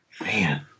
Man